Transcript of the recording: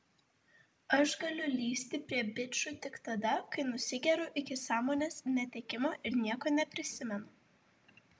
aš galiu lįsti prie bičų tik tada kai nusigeriu iki sąmonės netekimo ir nieko neprisimenu